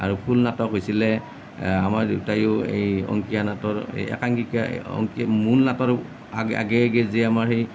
আৰু কুল নাটক হৈছিলে আমাৰ দেউতাইও এই অংকীয়া নাটৰ এই একাংকিকা মূল নাটৰ আগে আগে যে আমাৰ সেই